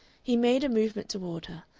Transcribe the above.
he made a movement toward her,